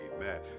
Amen